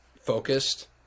focused